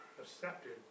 accepted